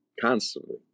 constantly